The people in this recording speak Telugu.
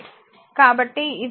కాబట్టి ఇది వాస్తవానికి G 0